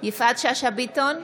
יפעת שאשא ביטון,